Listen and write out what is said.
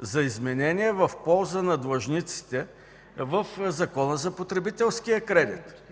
за изменение в полза на длъжниците в Закона за потребителския кредит.